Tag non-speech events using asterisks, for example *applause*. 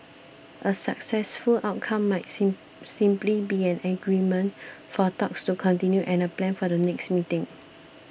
a successful outcome might *unintelligible* simply be an agreement for talks to continue and a plan for the next meeting